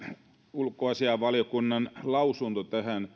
ulkoasiainvaliokunnan mietintö tähän